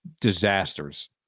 Disasters